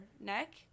neck